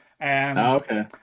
okay